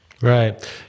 Right